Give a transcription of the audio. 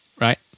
right